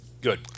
Good